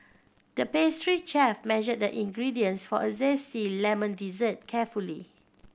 the pastry chef measured the ingredients for a zesty lemon dessert carefully